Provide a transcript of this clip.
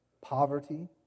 poverty